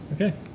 Okay